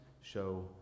show